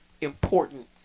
important